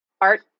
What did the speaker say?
art